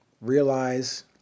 realize